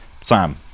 Sam